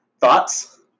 Thoughts